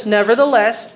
Nevertheless